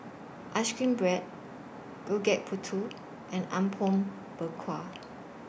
Ice Cream Bread Gudeg Putih and Apom Berkuah